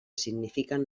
signifiquen